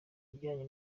ijyanye